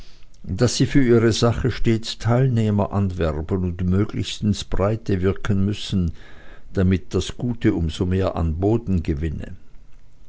daß sie für ihre sache stets teilnehmer anwerben und möglichst ins breite wirken müssen damit das gute um so mehr boden gewinne